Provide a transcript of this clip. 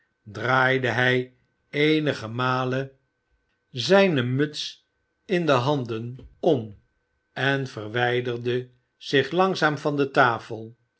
plooi aan en limbkins sprak muts in de handen om en verwijderde zich langzaam van de tafel